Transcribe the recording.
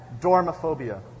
dormophobia